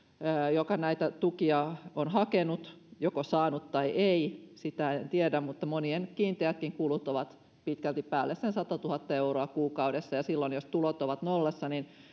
jotka näitä tukia ovat hakeneet ovat joko saaneet tai ei sitä en tiedä kiinteätkin kulut ovat pitkälti päälle sen satatuhatta euroa kuukaudessa silloin jos tulot ovat nollassa